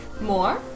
More